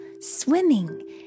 swimming